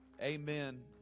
amen